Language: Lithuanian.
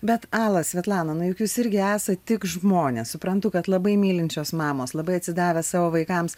bet ala svetlana nu jūs irgi esat tik žmonės suprantu kad labai mylinčios mamos labai atsidavę savo vaikams